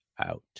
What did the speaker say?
out